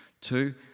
Two